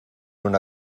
una